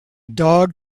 dog